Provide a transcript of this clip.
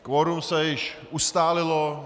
Kvorum se již ustálilo.